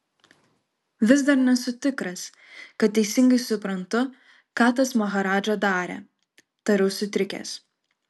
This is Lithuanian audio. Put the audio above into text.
vis dar nesu tikras kad teisingai suprantu ką tas maharadža darė tariau sutrikęs